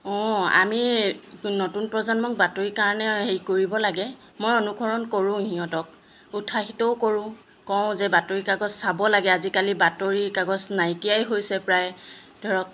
অঁ আমি নতুন প্ৰজন্মক বাতৰি কাৰণে হেৰি কৰিব লাগে মই অনুসৰণ কৰোঁ সিহঁতক উৎসাহিতও কৰোঁ কওঁ যে বাতৰিকাগজ চাব লাগে আজিকালি বাতৰিকাগজ নাইকিয়াই হৈছে প্ৰায় ধৰক